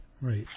right